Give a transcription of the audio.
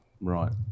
Right